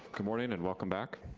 good morning and welcome back.